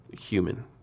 human